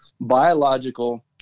biological